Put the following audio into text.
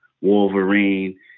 Wolverine